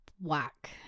whack